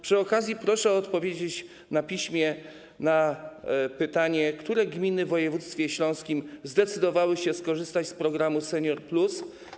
Przy okazji proszę odpowiedzieć na piśmie na pytanie: Które gminy w województwie śląskim zdecydowały się skorzystać z programu ˝Senior+˝